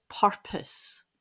purpose